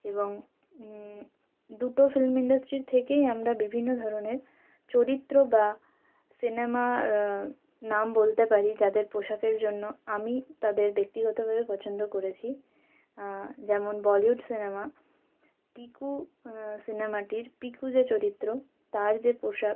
এবং দুটো ফিল্ম ইন্ডাস্ট্রির থেকেই আমরা বিভিন্ন ধরনের চরিত্র বা সিনেমার নাম বলতে পারি যাদের পোশাকের জন্য আমি তাদের ব্যক্তিগতভাবে পছন্দ করেছি যেমন বলিউড সিনেমা পিকু সিনেমাটির পিকু যে চরিত্র তার যে পোশাক